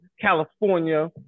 California